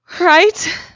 right